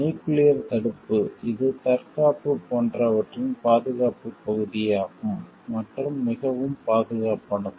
nuclear தடுப்பு இது தற்காப்பு போன்றவற்றின் பாதுகாப்புப் பகுதியாகும் மற்றும் மிகவும் பாதுகாப்பானது